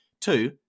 Two